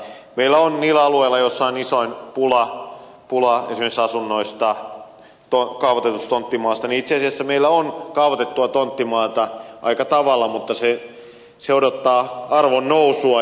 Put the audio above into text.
meillä on niillä alueilla joilla on isoin pula esimerkiksi asunnoista tonttimaasta itse asiassa kaavoitettua tonttimaata aika tavalla mutta se odottaa arvonnousua